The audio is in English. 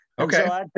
Okay